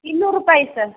ಇನ್ನೂರು ರೂಪಾಯಿ ಸ